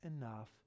enough